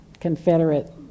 confederate